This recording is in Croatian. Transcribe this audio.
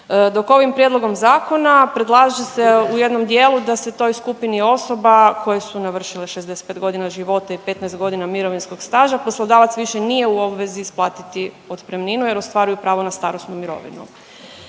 dok ovim prijedlogom zakona predlaže se u jednom dijelu da se toj skupini osoba koje su navršile 65 godina života i 15 godina mirovinskog staža poslodavac više nije u obvezi isplatiti otpremninu jer ostvaruju pravo na starosnu mirovinu.